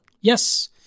Yes